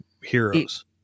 heroes